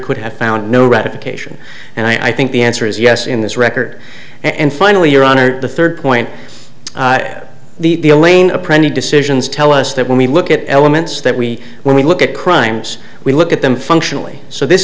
could have found no ratification and i think the answer is yes in this record and finally your honor the third point the lane a printed decisions tell us that when we look at elements that we when we look at crimes we look at them functionally so this